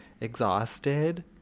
exhausted